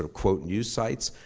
ah quote, news sites.